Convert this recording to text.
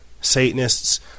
Satanists